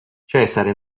cesare